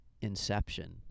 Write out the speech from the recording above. Inception